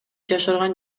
жашырган